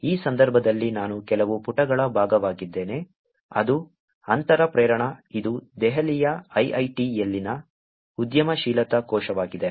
ಈ ಸಂದರ್ಭದಲ್ಲಿ ನಾನು ಕೆಲವು ಪುಟಗಳ ಭಾಗವಾಗಿದ್ದೇನೆ ಅದು ಅಂತರ ಪ್ರೇರಣಾ ಇದು ದೆಹಲಿಯ IIIT ಯಲ್ಲಿನ ಉದ್ಯಮಶೀಲತಾ ಕೋಶವಾಗಿದೆ